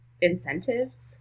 incentives